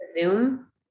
Zoom